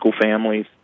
families